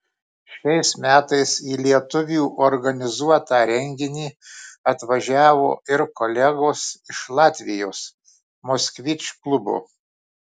šiais metais į lietuvių organizuotą renginį atvažiavo ir kolegos iš latvijos moskvič klubo